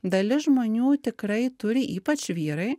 dalis žmonių tikrai turi ypač vyrai